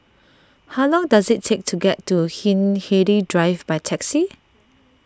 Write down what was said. how long does it take to get to Hindhede Drive by taxi